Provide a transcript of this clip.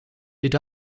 did